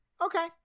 okay